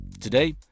Today